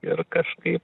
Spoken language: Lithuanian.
ir kažkaip